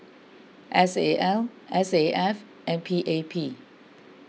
S A L S A F and P A P